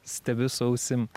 stebi su ausim